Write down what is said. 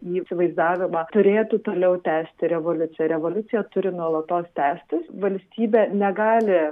įsivaizdavimą turėtų toliau tęsti revoliuciją revoliucija turi nuolatos tęstis valstybė negali